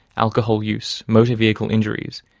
alcohol use, motor vehicle injuries,